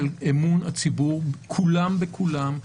של אמון הציבור כולם בכולם,